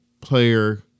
player